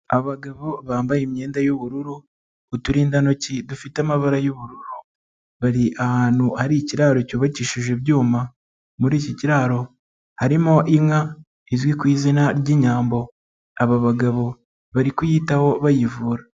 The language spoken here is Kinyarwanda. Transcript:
Abagabo bambaye imyenda y'ubururu, uturindantoki dufite amabara y'ubururu. Bari ahantu hari ikiraro cyubakishije ibyuma. Muri iki kiraro, harimo inka izwi ku izina ry'inyambo. Aba bagabo bari kuyitaho bayivura.